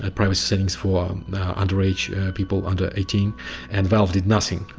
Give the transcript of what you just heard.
ah privacy settings, for underage people, under eighteen, and valve did nothing.